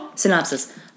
Synopsis